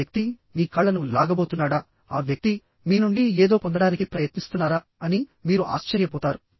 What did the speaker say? ఆ వ్యక్తి మీ కాళ్ళను లాగబోతున్నాడా ఆ వ్యక్తి మీ నుండి ఏదో పొందడానికి ప్రయత్నిస్తున్నారా అని మీరు ఆశ్చర్యపోతారు